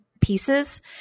pieces